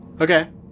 Okay